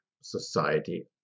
society